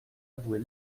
avouer